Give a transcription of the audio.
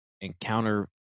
encounter